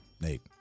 Nate